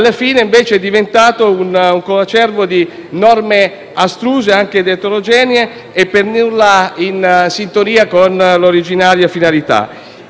alla fine, invece, abbiamo un coacervo di norme astruse, oltre che eterogenee, e per nulla in sintonia con l’originaria finalità.